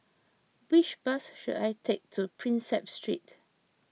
which bus should I take to Prinsep Street